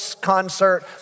concert